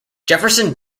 jefferson